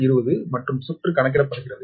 20 மற்றும் சுற்று கணக்கிடப்படுகிறது